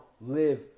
live